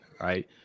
Right